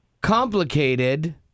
complicated